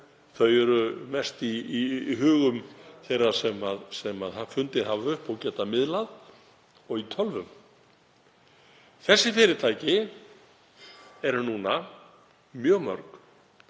Þau eru mest í hugum þeirra sem hafa fundið upp og geta miðlað og í tölvum. Þessi fyrirtæki eru núna mjög mörg